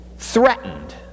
threatened